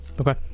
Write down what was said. Okay